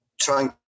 trying